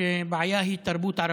שהבעיה היא תרבות ערבית.